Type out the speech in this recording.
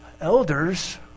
elders